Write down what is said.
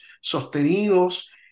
sostenidos